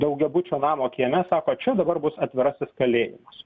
daugiabučio namo kieme sako čia dabar bus atvirasis kalėjimas